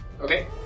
Okay